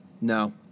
no